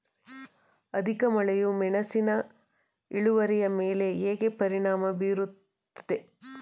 ಅಧಿಕ ಮಳೆಯು ಮೆಣಸಿನ ಇಳುವರಿಯ ಮೇಲೆ ಹೇಗೆ ಪರಿಣಾಮ ಬೀರುತ್ತದೆ?